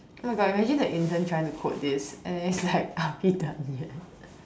oh my god imagine the intern trying to code this and then it's like are we done yet